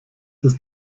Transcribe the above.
ist